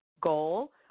goal